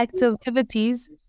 activities